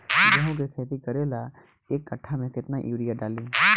गेहूं के खेती करे ला एक काठा में केतना युरीयाँ डाली?